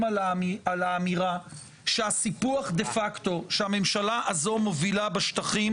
על האמירה שהסיפוח דה פקטו שהממשלה הזו מובילה בשטחים